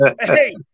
hey